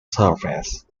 surface